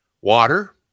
water